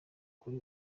kuri